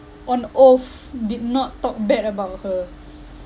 on oath did not talk bad about her